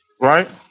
Right